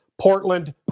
Portland